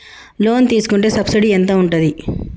Loan తీసుకుంటే subsidy ఎంత ఉంటది?